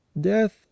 death